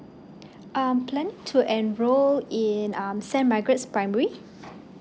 um plan to enrol in um saint magaret's primary